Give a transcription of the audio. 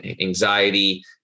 anxiety